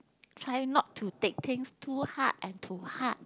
try not to take things too hard and to heart